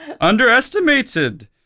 Underestimated